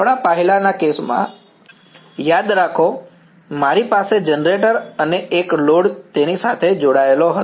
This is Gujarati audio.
આપણા પહેલાના કેસમાં યાદ રાખો મારી પાસે જનરેટર અને એક લોડ તેની સાથે જોડાયેલો હતો